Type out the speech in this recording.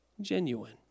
genuine